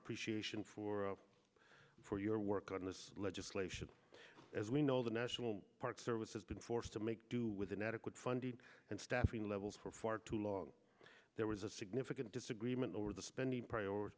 appreciation for for your work on this legislation as we know the national park service has been forced to make due with inadequate funding and staffing levels for far too long there was a significant disagreement over the spending priorit